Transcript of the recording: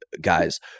guys